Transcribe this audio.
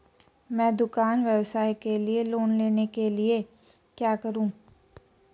मैं दुकान व्यवसाय के लिए लोंन लेने के लिए क्या करूं?